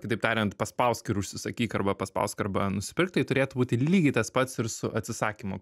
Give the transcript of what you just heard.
kitaip tariant paspausk ir užsisakyk arba paspausk arba nusipirk tai turėtų būti lygiai tas pats ir su atsisakymu